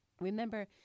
Remember